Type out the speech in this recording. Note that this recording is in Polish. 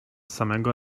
samego